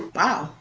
wow!